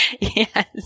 Yes